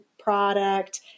product